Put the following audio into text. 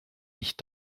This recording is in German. nicht